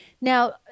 now